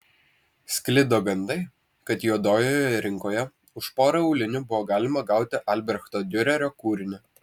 sklido gandai kad juodojoje rinkoje už porą aulinių buvo galima gauti albrechto diurerio kūrinį